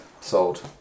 sold